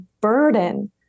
burden